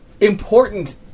Important